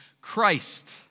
Christ